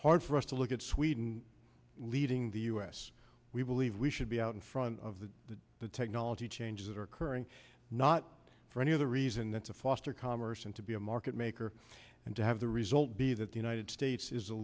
hard for us to look at sweden leading the u s we believe we should be out in front of the the the technology changes that are occurring not for any other reason than to foster commerce and to be a market maker and to have the result be that the united states is a